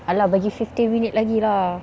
!alah! bagi fifteen minute lagi lah